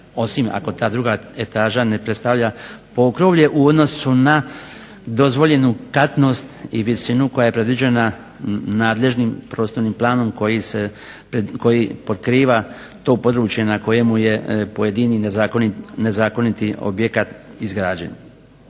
osim ako ta druga etaža ne predstavlja pokrovlje u odnosu na dozvoljenu katnost i visinu koja je predviđena nadležnim prostornim planom koji pokriva to područje na kojemu je pojedini nezakoniti objekt izgrađen.